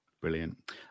Brilliant